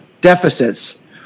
deficits